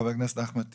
ח"כ אחמד טיבי.